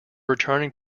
returning